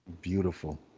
Beautiful